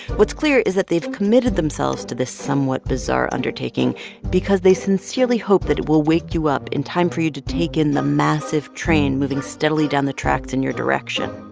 what's clear is that they've committed themselves to this somewhat bizarre undertaking because they sincerely hope that it will wake you up in time for you to take in the massive train moving steadily down the tracks in your direction.